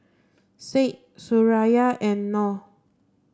Said Suraya and Noh